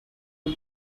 rim